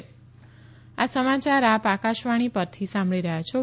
corona appeal આ સમાચાર આપ આકાશવાણી પરથી સાંભળી રહ્યા છો